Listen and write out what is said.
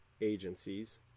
agencies